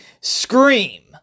Scream